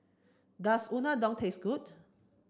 does Unadon taste good